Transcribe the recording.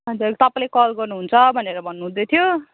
हजुर तपाईँले कल गर्नुहुन्छ भनेर भन्नु हुँदैथ्यो